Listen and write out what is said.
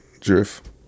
Drift